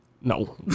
No